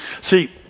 See